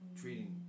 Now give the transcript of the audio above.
treating